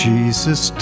Jesus